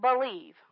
believe